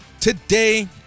Today